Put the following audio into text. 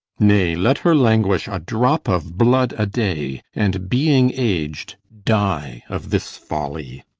nay, let her languish a drop of blood a day and, being aged, die of this folly.